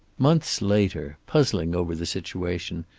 months later, puzzling over the situation,